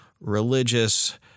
religious